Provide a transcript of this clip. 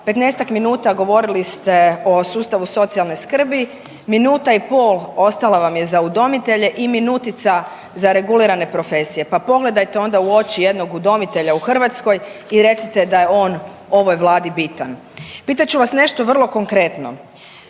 minuta govorili ste o sustavu socijalne skrbi, minuta i pol ostala vam je za udomitelje i minutica za regulirane profesije. Pa pogledajte onda u oči jednog udomitelja u Hrvatskoj i recite da je on ovoj Vladi bitan. Pitat ću vas nešto vrlo konkretno.